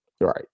Right